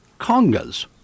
CONGAs